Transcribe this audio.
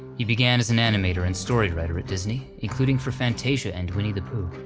he began as an animator and story writer at disney, including for fantasia and winnie the pooh.